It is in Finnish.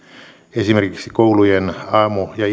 esimerkiksi koulujen aamu ja